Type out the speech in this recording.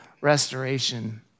restoration